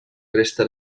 resta